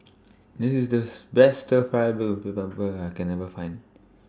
This IS The Best Fried Beef with Black Pepper that I Can Find